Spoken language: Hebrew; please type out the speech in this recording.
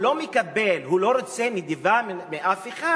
הוא לא מקבל, הוא לא רוצה נדבה מאף אחד.